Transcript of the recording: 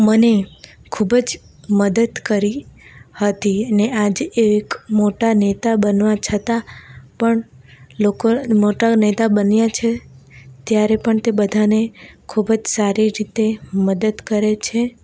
મને ખૂબ જ મદદ કરી હતી ને આજે એક મોટા નેતા બનવા છતાં પણ લોકો મોટા નેતા બન્યા છે ત્યારે પણ તે બધાને ખૂબ જ સારી રીતે મદદ કરે છે